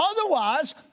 Otherwise